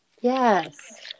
Yes